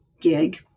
gig